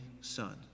son